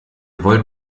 wollt